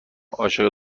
عاشق